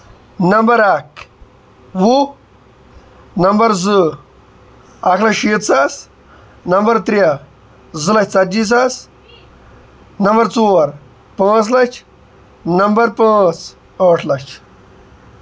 number اکھ وُہ number زٕ اَرٕشيٖتھ ساس نَمبر ترٛےٚ زٕ لَچھ ژَتجی ساس نمبر ژور پانٛژھ لَچھ نَمبر پانٛژ ٲٹھ لَچھ